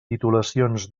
titulacions